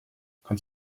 quand